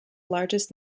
largest